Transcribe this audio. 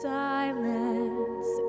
silence